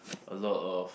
a lot of